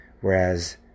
whereas